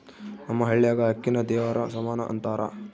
ನಮ್ಮ ಹಳ್ಯಾಗ ಅಕ್ಕಿನ ದೇವರ ಸಮಾನ ಅಂತಾರ